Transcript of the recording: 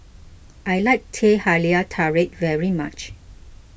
I like Teh Halia Tarik very much